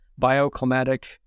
bioclimatic